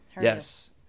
Yes